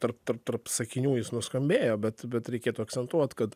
tarp tarp tarp sakinių jis nuskambėjo bet bet reikėtų akcentuot kad